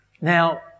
Now